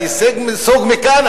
אני אסוג מכאן,